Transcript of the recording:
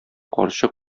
карчык